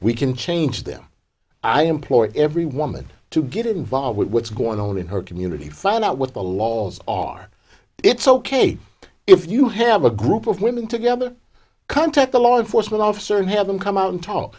we can change them i implore every woman to get involved with what's going on in her community find out what the laws are it's ok if you have a group of women together contact a law enforcement officer have them come out and talk